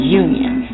union